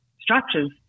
structures